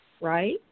right